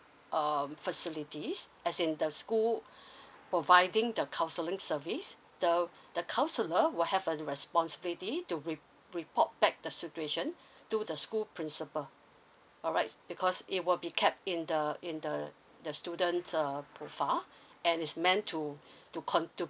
um facilities as in the school providing the counseling service the the counsellor will have a responsibility to re~ report back the situation to the school principal alright because it will be kept in the in the the students um profile and is meant to to con~ to